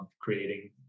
creating